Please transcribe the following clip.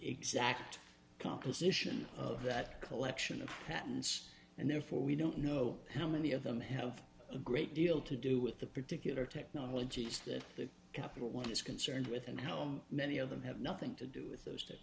exact composition of that collection of patents and therefore we don't know how many of them have a great deal to do with the particular technologies that the capital one is concerned with and how many of them have nothing to do with those